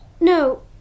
No